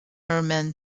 herman